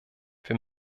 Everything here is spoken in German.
wir